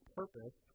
purpose